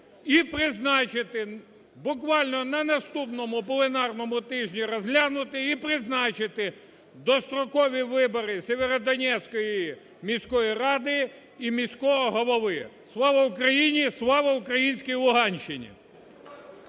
і призначити, буквально на наступному пленарному тижні розглянути, і призначити дострокові вибори Сєвєроденцької міської ради і міського голови. Слава Україні! Слава українській Луганщині.